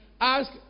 Ask